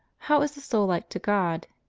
how is the soul like to god?